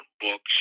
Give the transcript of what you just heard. books